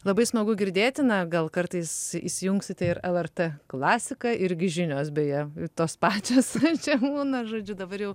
labai smagu girdėti na gal kartais įsijungsite ir lrt klasiką irgi žinios beje tos pačios čia būna žodžiu dabar jau